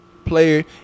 Player